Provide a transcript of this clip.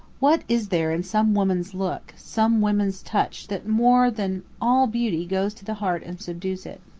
what is there in some women's look, some women's touch that more than all beauty goes to the heart and subdues it.